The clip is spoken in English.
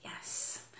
Yes